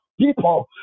People